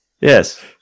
Yes